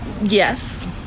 Yes